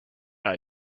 are